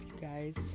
guys